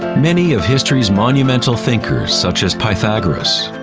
many of history's monumental thinkers such as pythagoras,